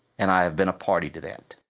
and i've been a party to that.